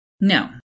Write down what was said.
No